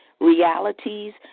realities